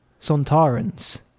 Sontarans